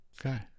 okay